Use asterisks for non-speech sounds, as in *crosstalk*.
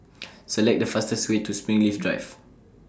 *noise* Select The fastest Way to Springleaf Drive